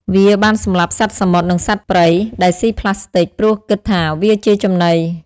វាបានសម្លាប់សត្វសមុទ្រ និងសត្វព្រៃដែលសុីប្លាស្ទិក ព្រោះគិតថាវាជាចំណី។